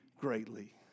greatly